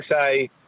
say